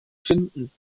finden